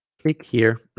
click here